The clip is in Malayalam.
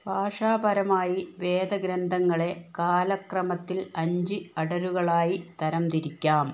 ഭാഷാപരമായി വേദഗ്രന്ഥങ്ങളെ കാലക്രമത്തില് അഞ്ച് അടരുകളായി തരംതിരിക്കാം